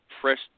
fresh